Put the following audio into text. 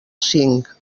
cinc